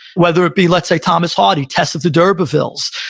whether it be, let's say, thomas hardy, tess of the d'urbervilles,